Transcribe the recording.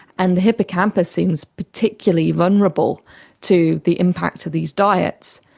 and the hippocampus seems particularly vulnerable to the impact of these diets.